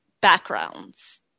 backgrounds